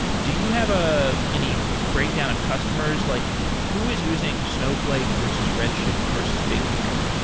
do you have ah any breakdown of customers? like who is using snowflake, versus red shift, versus bigquery?